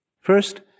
First